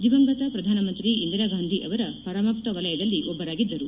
ದಿವಂಗತ ಪ್ರಧಾನಮಂತ್ರಿ ಇಂದಿರಾಗಾಂಧಿ ಅವರ ಪರಮಾಪ್ತ ವಲಯದಲ್ಲಿ ಒಬ್ಬರಾಗಿದ್ದರು